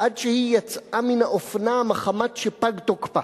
עד שהיא יצאה מן האופנה מחמת שפג תוקפה,